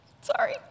Sorry